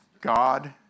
God